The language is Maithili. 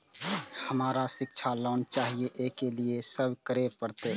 हमरा शिक्षा लोन चाही ऐ के लिए की सब करे परतै?